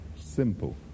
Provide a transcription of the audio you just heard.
Simple